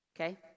okay